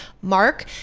mark